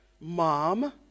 Mom